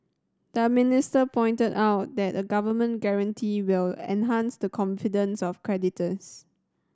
the minister pointed out that a government guarantee will enhance the confidence of creditors